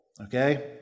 Okay